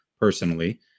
Personally